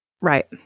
Right